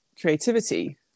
creativity